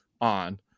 on